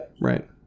right